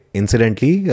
incidentally